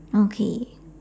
okay